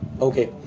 Okay